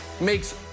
makes